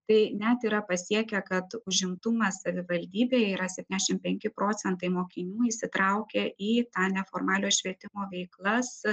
tai net yra pasiekę kad užimtumas savivaldybėje yra septyniasdešim penki procentai mokinių įsitraukę į tą neformalio švietimo veiklas